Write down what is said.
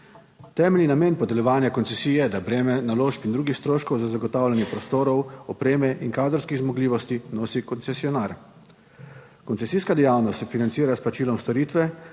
Temeljni namen podeljevanja koncesij je, da breme naložb in drugih stroškov za zagotavljanje prostorov, opreme in kadrovskih zmogljivosti nosi koncesionar. Koncesijska dejavnost se financira s plačilom storitve,